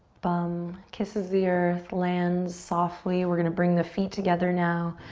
bum kisses the earth, lands softly. we're gonna bring the feet together now.